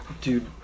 Dude